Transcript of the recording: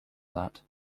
that